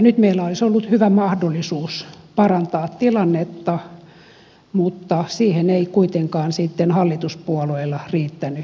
nyt meillä olisi ollut hyvä mahdollisuus parantaa tilannetta mutta siihen ei kuitenkaan sitten hallituspuolueilla riittänyt tahtoa